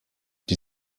die